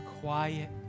quiet